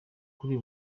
kuri